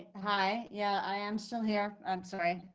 hi. yeah, i am still here. i'm sorry.